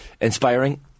inspiring